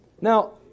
Now